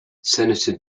senator